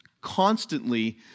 constantly